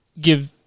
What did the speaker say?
give